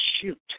Shoot